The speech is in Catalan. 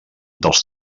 dels